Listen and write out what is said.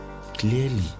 clearly